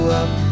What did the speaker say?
up